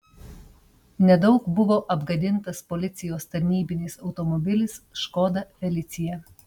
nedaug buvo apgadintas policijos tarnybinis automobilis škoda felicia